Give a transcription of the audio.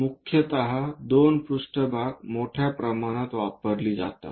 मुख्यतः दोन पृष्ठभाग मोठ्या प्रमाणात वापरली जातात